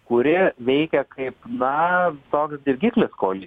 kuri veikia kaip na toks dirgiklis koali